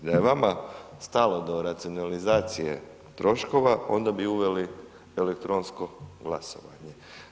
Da je vama stalo do racionalizacije troškova, onda bi uveli elektronsko glasovanje.